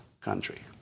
country